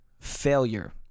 failure